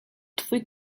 twój